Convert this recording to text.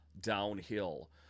downhill